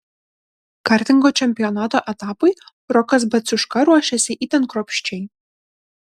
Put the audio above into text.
kartingo čempionato etapui rokas baciuška ruošėsi itin kruopščiai